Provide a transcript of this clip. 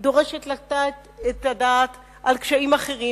דורשת לתת את הדעת על קשיים אחרים,